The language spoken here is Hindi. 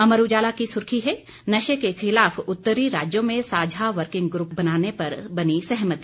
अमर उजाला की सुर्खी है नशे के खिलाफ उत्तरी राज्यों में साझा वर्किंग ग्रूप बनाने पर बनी सहमति